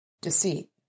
Deceit